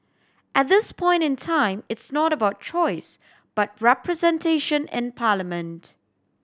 at this point in time it's not about choice but representation in parliament